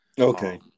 Okay